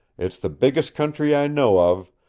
it's the biggest country i know of,